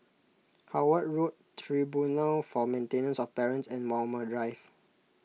Howard Road Tribunal for Maintenance of Parents and Walmer Drive